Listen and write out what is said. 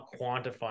quantifying